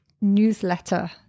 newsletter